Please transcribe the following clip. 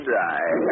die